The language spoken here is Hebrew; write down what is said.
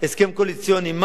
מה יקרה,